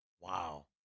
Wow